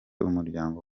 umuryango